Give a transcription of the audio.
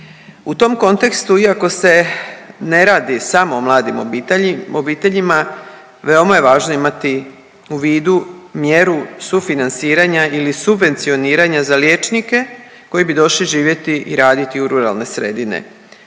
U tom kontekstu, iako se ne radi samo o mladim obiteljima, veoma je važno imati u vidu mjeru sufinanciranja ili subvencioniranja za liječnike koji bi došli živjeti i raditi u ruralne sredine.